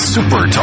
Super